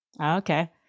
Okay